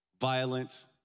violent